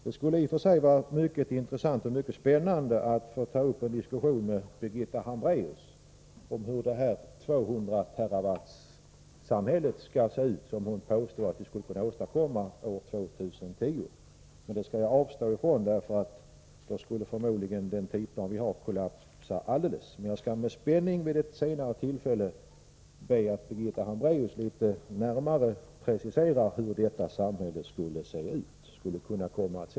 Det skulle i och för sig vara mycket intressant och mycket spännande att få ta upp en diskussion med Birgitta Hambraeus om hur det 200-terawattsamhälle skall se ut som hon påstod att vi skulle kunna åstadkomma år 2 010. Det skall jag emellertid avstå ifrån, eftersom den tidsplan vi har i så fall troligen skulle kollapsa alldeles. Jag ser med spänning fram emot att Birgitta Hambraeus vid ett senare tillfälle närmare preciserar hur detta samhälle skulle se ut.